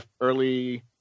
early